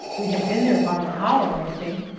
we had been there about an hour, i think,